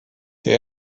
der